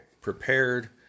prepared